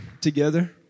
together